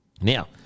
Now